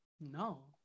No